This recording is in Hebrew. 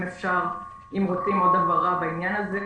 אם רוצים עוד הבהרה בעניין הזה,